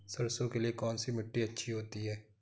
सरसो के लिए कौन सी मिट्टी अच्छी होती है?